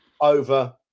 over